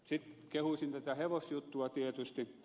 sitten kehuisin tätä hevosjuttua tietysti